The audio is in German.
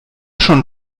schon